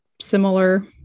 similar